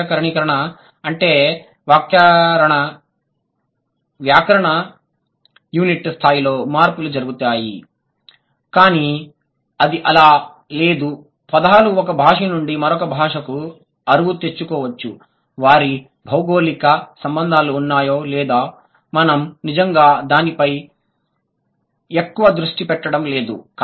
వ్యాకరణీకరణ అంటే వ్యాకరణ యూనిట్ స్థాయిలో మార్పులు జరిగాయి అని లేదా పదాలు ఒక భాష నుండి మరొక భాషకు అరువు తెచ్చుకోవచ్చు వారికి భౌగోళిక సంబంధాలు ఉన్నాయో లేదో మనం నిజంగా దానిపై ఎక్కువ దృష్టి పెట్టడం లేదు